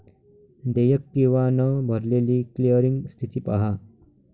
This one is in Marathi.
देयक किंवा न भरलेली क्लिअरिंग स्थिती पहा